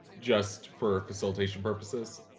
just for facilitation purposes,